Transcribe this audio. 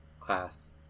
class